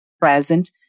present